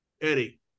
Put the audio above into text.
eddie